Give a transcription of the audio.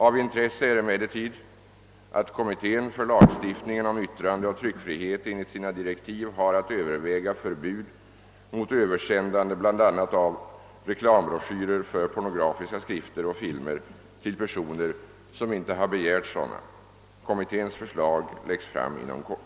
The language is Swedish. Av intresse är emellertid att kommittén för lagstiftningen om yttrandeoch tryckfrihet enligt sina direktiv har att överväga förbud mot översändande bl.a. av reklambroschyrer för pornografiska skrifter och filmer till personer som inte har begärt sådana. Kommitténs förslag läggs fram inom kort.